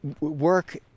work